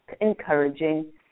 encouraging